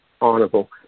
honorable